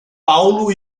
paulo